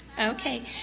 Okay